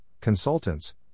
consultants